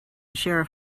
sheriff